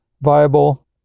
viable